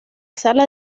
sala